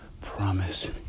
promise